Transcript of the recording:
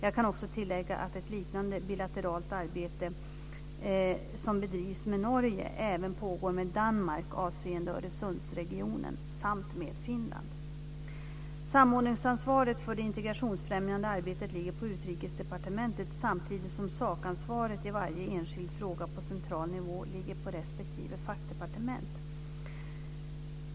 Jag kan också tillägga att ett liknande bilateralt arbete som det som bedrivs med Norge även pågår med Danmark avseende Öresundsregionen samt med Finland. Samordningsansvaret för det integrationsfrämjande arbetet ligger på Utrikesdepartementet, samtidigt som sakansvaret i varje enskild fråga på central nivå ligger på respektive fackdepartement.